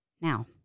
Now